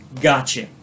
gotcha